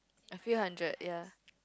a few hundred ya